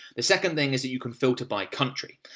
the second thing is that you can filter by country.